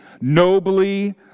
nobly